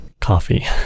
coffee